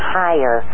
higher